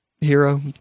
hero